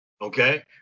Okay